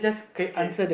okay